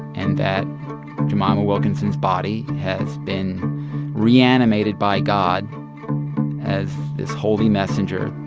and that jemima wilkinson's body has been reanimated by god as this holy messenger